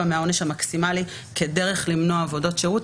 מהעונש המקסימלי כדרך למנוע עבודות שירות,